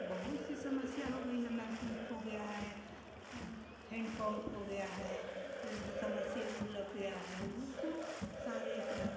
बहुत सी समस्या हो गई हैं नलकूपों हो गया है हेंडपम्प हो गया है समर्सिबुल लग गया है उसको सारे अपना